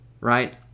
right